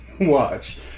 watch